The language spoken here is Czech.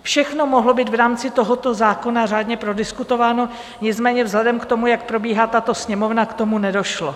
Všechno mohlo být v rámci tohoto zákona řádně prodiskutováno, nicméně vzhledem k tomu, jak probíhá tato Sněmovna, k tomu nedošlo.